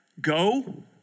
Go